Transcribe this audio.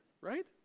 Right